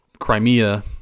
Crimea